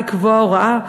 לקבוע הוראה,